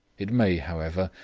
it may, however,